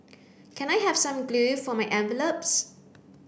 can I have some glue for my envelopes